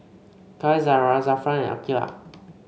Qaisara Zafran and Aqilah